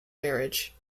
marriage